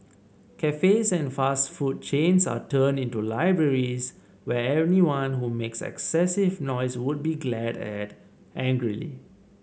cafes and fast food chains are turned into libraries where anyone who makes excessive noise would be glared at angrily